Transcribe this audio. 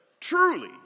Truly